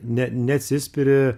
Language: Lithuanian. ne neatsispiri